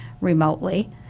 remotely